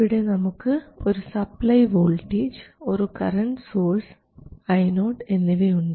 ഇവിടെ നമുക്ക് ഒരു സപ്ലൈ വോൾട്ടേജ് ഒരു കറൻറ് സോഴ്സ് IO എന്നിവയുണ്ട്